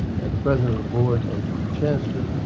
the president of the board and to the chancellor,